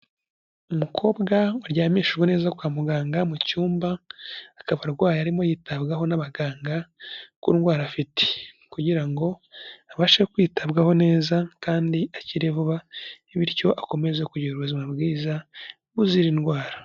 Umukobwa waryamishijwe neza kwa muganga mu cyumba, akaba arwaye arimo yitabwaho n'abaganga ku ndwara afite kugirango abashe kwitabwaho neza kandi akire vuba, bityo akomeze kugira ubuzima bwiza buzira indwara.